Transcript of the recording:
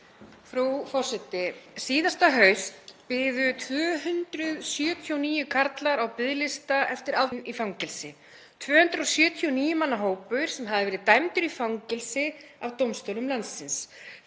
Frú forseti. Síðasta haust biðu 279 karlar á biðlista eftir afplánun í fangelsi, 279 manna hópur sem hafði verið dæmdur í fangelsi af dómstólum landsins.